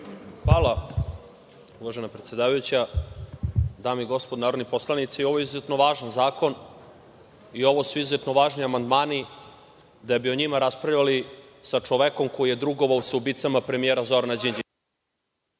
Hvala uvažena predsedavajuća. Dame i gospodo narodni poslanici, ovo je izuzetno važan zakon i ovo su izuzetno važni amandmani da bi o njima raspravljali sa čovekom koji je drugovao sa ubicama premijera Zorana Đinđića.